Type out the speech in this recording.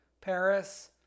Paris